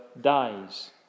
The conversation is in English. dies